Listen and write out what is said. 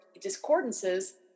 discordances